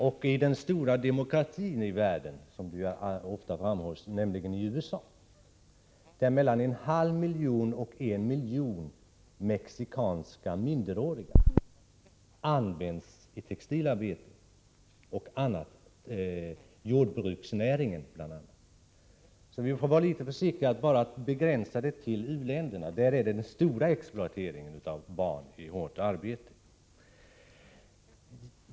Och i den stora demokratin i världen — som det ofta framhålls, nämligen USA — utnyttjas mellan en halv och en miljon mexikanska minderåriga i textilarbete och inom jordbruksnäringen. Vi får därför vara litet försiktiga att tro att detta bara begränsas till u-länderna, även om man där har den stora exploateringen av barn i hårt arbete.